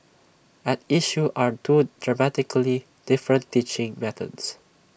at issue are two dramatically different teaching methods